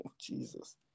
Jesus